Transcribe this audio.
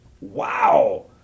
wow